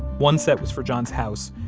one set was for john's house,